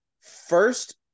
first